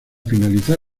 finalizar